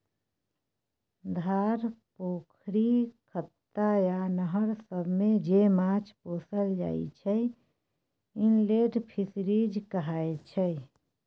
धार, पोखरि, खत्ता आ नहर सबमे जे माछ पोसल जाइ छै इनलेंड फीसरीज कहाय छै